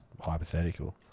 hypothetical